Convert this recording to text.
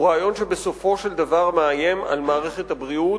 הוא רעיון שבסופו של דבר מאיים על מערכת הבריאות,